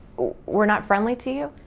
were not friendly to you?